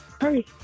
Hurry